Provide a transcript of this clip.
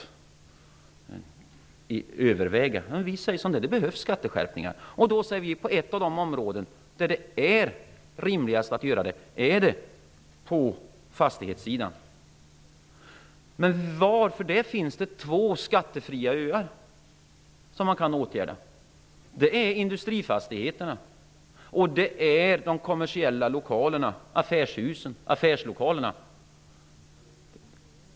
De kan överväga det. Vi i Vänsterpartiet säger som det är: Det behövs skatteskärpningar. Ett av de områden där det är rimligt med skatteskärpningar är fastighetssidan. Varför? Jo, där finns det två skattefria öar som man kan åtgärda. Det är industrifastigheterna och de kommersiella lokalerna, affärslokalerna.